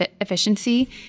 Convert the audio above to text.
efficiency